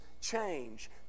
change